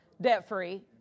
debt-free